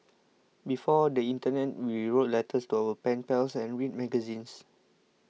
before the internet we wrote letters to our pen pals and read magazines